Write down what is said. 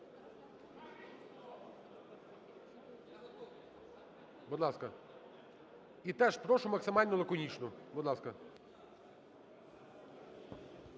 Будь ласка. І теж прошу максимально лаконічно, будь ласка.